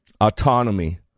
autonomy